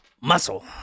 muscle